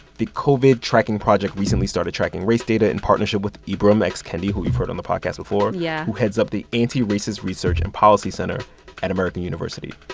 the covid tracking project recently started tracking race data in partnership with ibram x. kendi, who we've heard on the podcast before. yeah. who heads up the anti-racist research and policy center at american university.